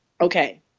okay